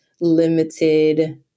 limited